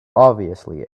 obviously